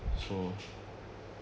so